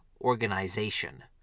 Organization